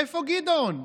איפה גדעון,